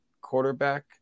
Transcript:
quarterback